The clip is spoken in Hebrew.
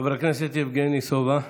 חבר הכנסת יבגני סובה,